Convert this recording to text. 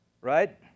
Right